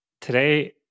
Today